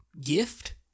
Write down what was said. gift